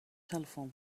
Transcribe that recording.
telephone